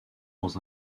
dans